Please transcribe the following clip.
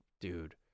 dude